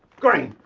green!